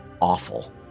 awful